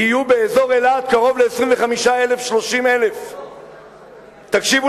באזור אילת יהיו 25,000 30,000. תקשיבו